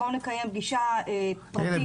בואו נקיים פגישה פרטית, אישית.